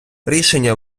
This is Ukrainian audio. рішення